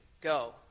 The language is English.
go